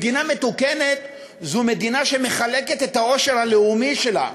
מדינה מתוקנת זו מדינה שמחלקת את העושר הלאומי שלה,